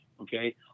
okay